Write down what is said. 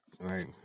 Right